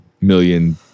million